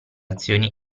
azioni